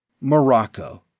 Morocco